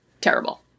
Terrible